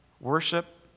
worship